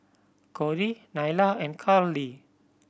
Corry Nyla and Karly